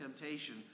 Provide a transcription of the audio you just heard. temptation